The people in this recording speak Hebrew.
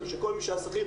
שכל מי שהיה שכיר,